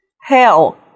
hell